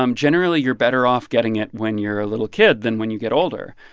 um generally, you're better off getting it when you're a little kid than when you get older.